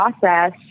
process